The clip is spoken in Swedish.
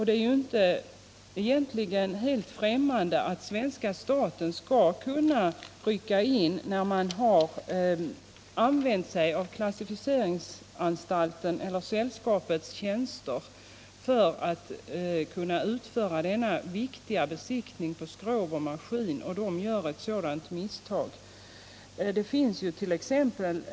Det är egentligen inte helt främmande att svenska staten skall kunna rycka in när man använt klassificeringsanstalten eller sällskapets tjänster för att kunna utföra denna viktiga besiktning av skrov och maskiner och vederbörande gör ett sådant misstag som det här är fråga om.